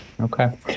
Okay